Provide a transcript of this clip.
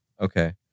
Okay